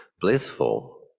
blissful